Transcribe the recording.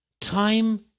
Time